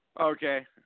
Okay